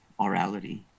orality